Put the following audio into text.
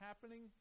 happening